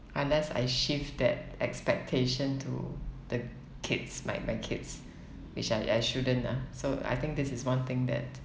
unless I shift that expectation to the kids my my kids which I I shouldn't lah so I think this is one thing that